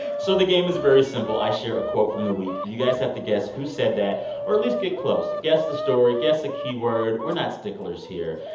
so the game is very simple. i share a quote from the week. you guys have to guess who said that or at least get close, guess the story, guess a key word. we're not sticklers here.